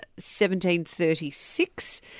1736